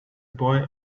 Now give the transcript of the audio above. boy